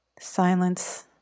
silence